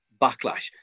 backlash